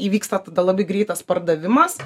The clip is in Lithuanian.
įvyksta tada labai greitas pardavimas